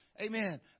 amen